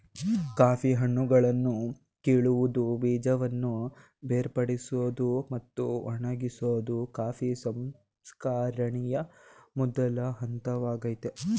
coffee ಹಣ್ಣುಗಳನ್ನು ಕೀಳುವುದು ಬೀಜವನ್ನು ಬೇರ್ಪಡಿಸೋದು ಮತ್ತು ಒಣಗಿಸೋದು ಕಾಫಿ ಸಂಸ್ಕರಣೆಯ ಮೊದಲ ಹಂತವಾಗಯ್ತೆ